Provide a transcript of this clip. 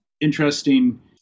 interesting